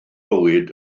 bywyd